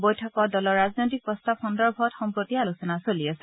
বৈঠকত দলৰ ৰাজনৈতিক প্ৰস্তাৱ সন্দৰ্ভত সম্প্ৰতি আলোচনা চলি আছে